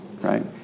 right